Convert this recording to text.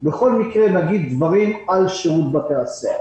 בכל מקרה נגיד דברים על שירות בתי הסוהר.